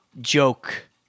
joke